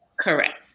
correct